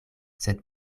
sed